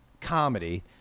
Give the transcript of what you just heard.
comedy